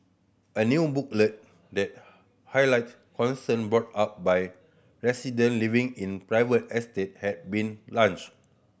a new booklet that highlight concern brought up by resident living in private estate has been launched